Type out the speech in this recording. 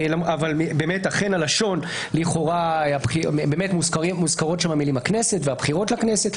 אכן בלשון מוזכרות המילים "הכנסת" ו"הבחירות לכנסת".